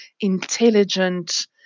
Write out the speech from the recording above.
intelligent